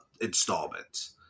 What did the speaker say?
installments